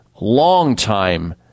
long-time